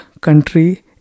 country